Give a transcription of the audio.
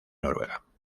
noruega